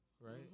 Right